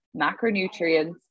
macronutrients